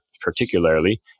particularly